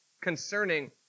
concerning